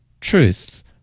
Truth